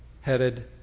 headed